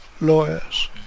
lawyers